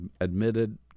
admitted